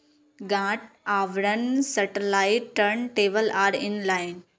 गांठ आवरण satellite turn table are in line